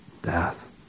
Death